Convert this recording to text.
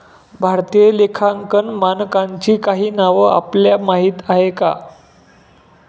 भारतीय लेखांकन मानकांची काही नावं आपल्याला माहीत आहेत का?